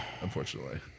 unfortunately